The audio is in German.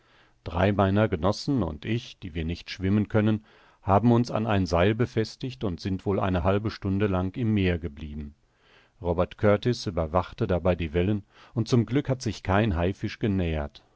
drei meiner genossen und ich die wir nicht schwimmen können haben uns an ein seil befestigt und sind wohl eine halbe stunde lang im meer geblieben robert kurtis überwachte dabei die wellen und zum glück hat sich kein haifisch genähert